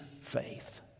faith